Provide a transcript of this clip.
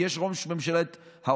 כי יש ראש ממשלת האוצר,